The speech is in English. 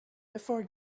before